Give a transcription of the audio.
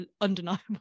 undeniable